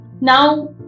Now